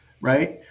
right